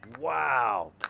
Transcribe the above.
Wow